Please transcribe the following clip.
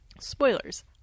spoilers